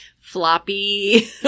floppy